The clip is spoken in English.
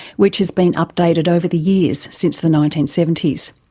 which has been updated over the years since the nineteen seventy s.